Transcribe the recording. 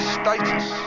status